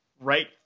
right